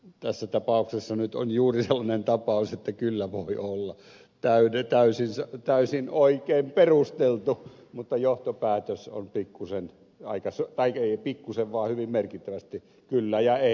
tässä tapauksessa nyt on juuri sellainen tapaus että kyllä voi olla täysin oikein perusteltu mutta johtopäätös on pikkuisen tai ei pikkuisen vaan hyvin merkittävästi kyllä ja ei